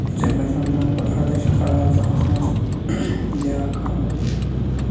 یِتھَے پٲٹھۍ اوٚن تِمو پَتہٕ اَرداہ شَتھ اَروَنٛزاہس منٛز بیٛاکھ قانوٗن